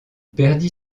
perdit